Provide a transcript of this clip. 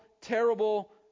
terrible